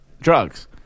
drugs